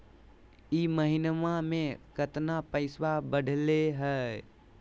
ई महीना मे कतना पैसवा बढ़लेया?